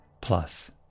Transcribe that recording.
plus